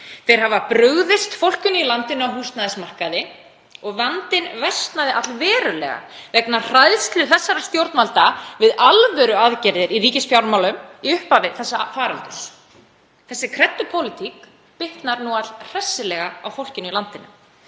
Þeir hafa brugðist fólkinu í landinu á húsnæðismarkaði og vandinn versnaði allverulega vegna hræðslu þessara stjórnvalda við alvöruaðgerðir í ríkisfjármálum í upphafi þessa faraldurs. Þessi kreddupólitík bitnar nú allhressilega á fólkinu í landinu.